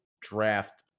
draft